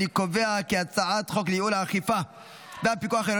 אני קובע כי הצעת חוק לייעול האכיפה והפיקוח העירוני